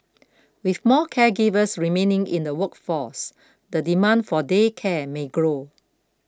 with more caregivers remaining in the workforce the demand for day care may grow